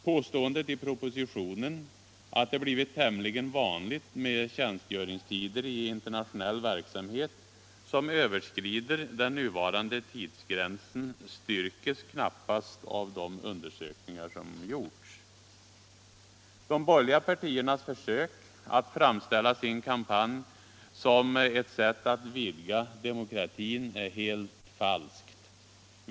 Påståendet i propositionen att det blivit tämligen vanligt med tjänstgöringstider i internationell verksamhet som överskrider den nuvarande tidsgränsen styrkes knappast av de undersökningar som gjorts. De borgerliga partiernas försök att framställa sin kampanj som ett sätt att vidga demokratin är helt falskt.